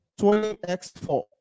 20x4